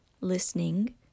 listening